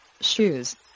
Shoes